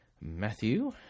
Matthew